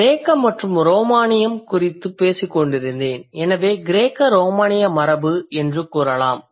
கிரேக்க மற்றும் ரோமானியம் குறித்து பேசிக்கொண்டிருந்தேன் எனவே கிரேக்க ரோமானிய மரபு என்று கூறலாம்